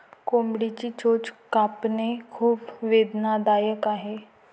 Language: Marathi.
कोंबडीची चोच कापणे खूप वेदनादायक आहे